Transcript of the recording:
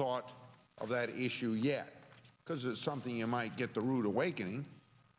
thought of that issue yet because it's something you might get the rude awakening